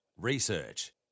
Research